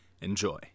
Enjoy